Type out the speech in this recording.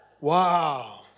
Wow